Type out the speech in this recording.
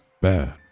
Bad